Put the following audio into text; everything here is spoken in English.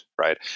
right